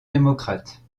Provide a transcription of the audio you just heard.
démocrate